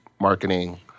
marketing